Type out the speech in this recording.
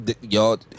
y'all